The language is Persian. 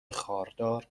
خاردار